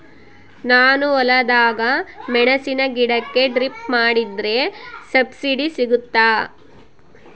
ನಾನು ಹೊಲದಾಗ ಮೆಣಸಿನ ಗಿಡಕ್ಕೆ ಡ್ರಿಪ್ ಮಾಡಿದ್ರೆ ಸಬ್ಸಿಡಿ ಸಿಗುತ್ತಾ?